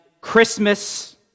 Christmas